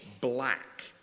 black